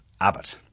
Abbott